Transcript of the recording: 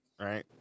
right